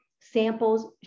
Samples